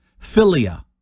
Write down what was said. philia